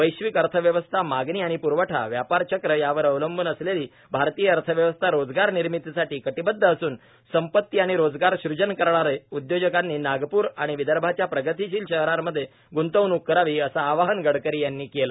वैश्विक अर्थव्यवस्थाए मागणी आणि प्रवठाए व्यापार चक्र यावर अवलंबून असलेली भारतीय अर्थव्यवस्था रोजगार निर्मितीसाठी कटिबद्ध असून संपत्ती व रोजगार सूजन करणारे उदयोजकांनी नागपूर व विदर्भाच्या प्रगतीशील शहरांमध्ये गृंतवणूक करावीए अस आवाहन गडकरी यांनी केलं